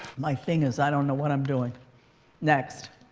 my thing is i don't know what i'm doing next.